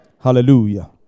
Hallelujah